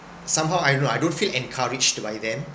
somehow I know I don't feel encouraged by them